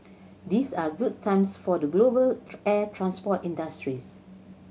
these are good times for the global air transport industries